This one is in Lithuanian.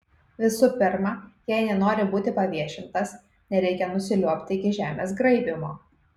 visų pirma jei nenori būti paviešintas nereikia nusiliuobti iki žemės graibymo